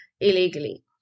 illegally